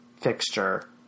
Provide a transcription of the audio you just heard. fixture